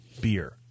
beer